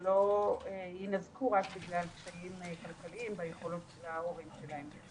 ושלא יינזקו רק בגלל קשיים כלכליים והיכולות של ההורים שלהם.